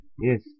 Yes